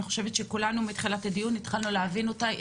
חושבת שכולנו התחלנו להבין אותה מתחילת הדיון,